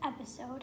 episode